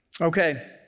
Okay